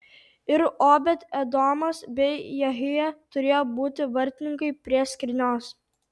ir obed edomas bei jehija turėjo būti vartininkai prie skrynios